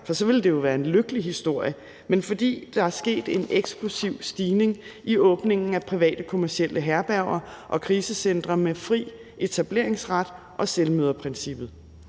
for så ville det jo være en lykkelig historie, men fordi der er sket en eksplosiv stigning i åbningen af private kommercielle herberger og krisecentre med fri etableringsret og selvmøderprincippet.